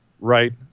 Right